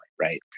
Right